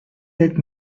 that